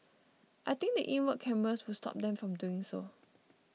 I think the inward cameras would stop them from doing so